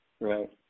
Right